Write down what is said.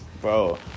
Bro